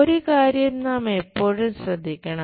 ഒരു കാര്യം നാം എപ്പോഴും ശ്രദ്ധിക്കണം